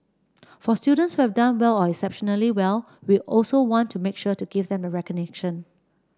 for students who have done well or exceptionally well we also want to make sure to give them the recognition